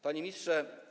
Panie Ministrze!